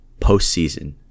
postseason